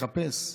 לחפש,